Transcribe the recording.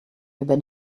über